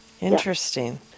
Interesting